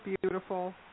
beautiful